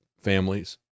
families